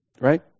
Right